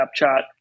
Snapchat